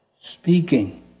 speaking